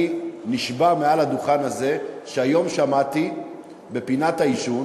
אני נשבע מעל הדוכן הזה שהיום שמעתי בפינת העישון